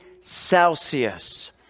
Celsius